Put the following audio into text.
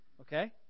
Okay